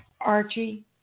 Archie